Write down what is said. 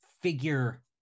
figure